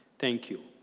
thank you.